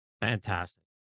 Fantastic